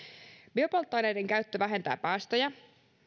biopolttoaineiden käyttö vähentää päästöjä